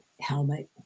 helmet